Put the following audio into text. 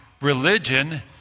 religion